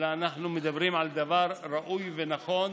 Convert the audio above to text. אלא אנחנו מדברים על דבר ראוי ונכון,